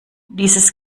dieses